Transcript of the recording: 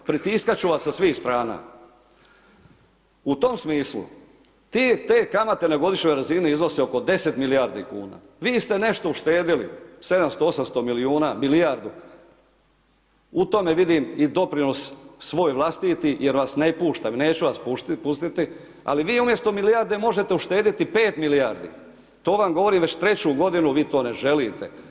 Pritiskat ću vas sa svih strana, u tom smislu te kamate na godišnjoj razini iznose oko 10 milijardi kuna, vi ste nešto uštedjeli, 700-800 milijuna, milijardu u tome vidim i doprinos svoj vlastiti jer vas ne puštam i neću vas pustiti ali vi umjesto milijarde možete uštedjeti 5 milijardi, to vam govorim već 3 godinu, vi to ne želite.